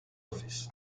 office